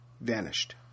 vanished